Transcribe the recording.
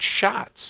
shots